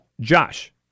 josh